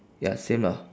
ya same lah